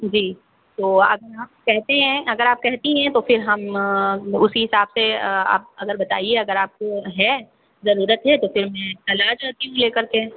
जी तो अगर आप कहते हैं अगर आप कहती हैं तो फिर हम उसी हिसाब से आप अगर बताइए अगर आपको है ज़रूरत है तो फिर मैं कल आ जाती हूँ लेकर के